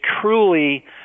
truly